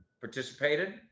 participated